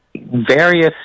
Various